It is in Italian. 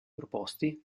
proposti